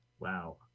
Wow